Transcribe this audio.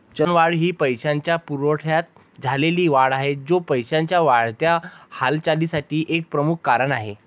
चलनवाढ ही पैशाच्या पुरवठ्यात झालेली वाढ आहे, जो पैशाच्या वाढत्या हालचालीसाठी एक प्रमुख कारण आहे